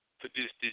produced